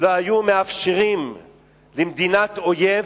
לא היו מאפשרים למדינת אויב,